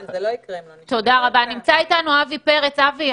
אני אומר לו לבוא לאימון והוא כבר מרגיש הרבה יותר טוב כשהוא בא לאימון.